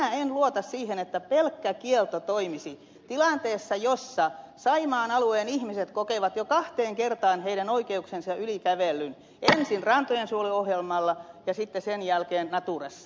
minä en luota siihen että pelkkä kielto toimisi tilanteessa jossa saimaan alueen ihmiset kokevat oikeuksiensa yli kävellyn jo kahteen kertaan ensin rantojensuojeluohjelmalla ja sitten sen jälkeen naturassa